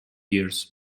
years